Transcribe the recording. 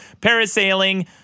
parasailing